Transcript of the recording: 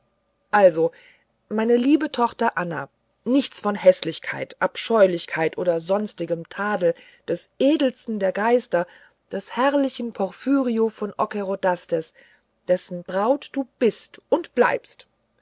also meine tochter anna nichts von häßlichkeit abscheulichkeit oder sonstigem tadel des edelsten der geister des herrlichen porphyrio von ockerodastes dessen braut du bist und bleibst